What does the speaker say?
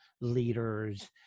leaders